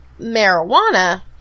marijuana